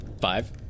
Five